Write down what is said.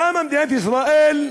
למה מדינת ישראל,